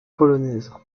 polonaise